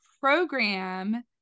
program